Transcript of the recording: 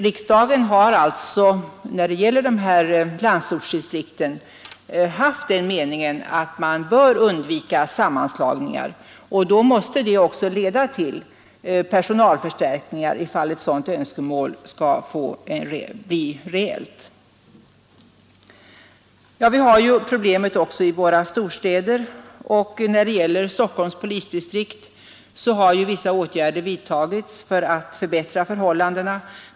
Riksdagen har alltså när det gäller dessa landsortsdistrikt haft den meningen att man bör undvika sammanslagningar. Då måste det också bli personalförstärkningar, ifall ett sådant önskemål skall bli tillgodosett. Vi har också problemet i våra storstäder, och när det gäller Stockholms polisdistrikt har vissa åtgärder vidtagits för att förbättra förhållandena.